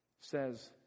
says